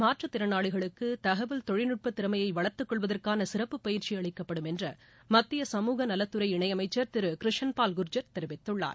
மாற்றுத்திறனாளிகளுக்கு தகவல் தொழில்நுட்பத்திறமையை வளர்த்துக்கொள்வதற்கான சிறப்பு பயிற்சி அளிக்கப்படும் என்று மத்திய சமூக நலத்துறை இணையமைச்சர் திரு கிரஷன்பால் குர்ஜர் தெரிவித்துள்ளார்